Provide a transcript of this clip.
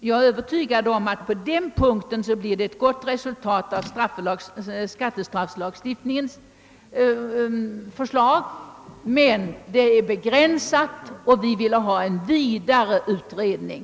Jag är övertygad om att det på den punkten kommer att bli ett gott resultat av skattestrafflagutredningens förslag, men det är begränsat och vi vill ha en vidare utredning.